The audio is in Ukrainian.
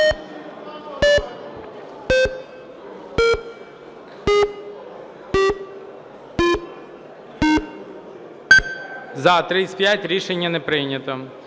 За-57 Рішення не прийнято.